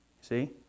see